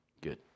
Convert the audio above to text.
Good